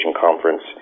Conference